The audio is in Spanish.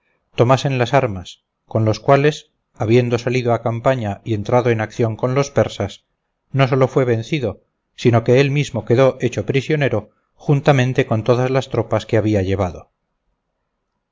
ciudad tomasen las armas con los cuales habiendo salido a campaña y entrado en acción con los persas no solo fue vencido sino que él mismo quedó hecho prisionero juntamente con todas las tropas que había llevado